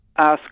ask